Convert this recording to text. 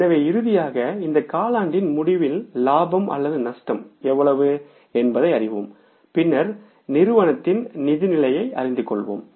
எனவே இறுதியாக இந்த காலாண்டின் முடிவில் லாபம் அல்லது நட்டம் எவ்வளவு என்பதை அறிவோம் பின்னர் நிறுவனத்தின் நிதி நிலையை அறிந்து கொள்வோம்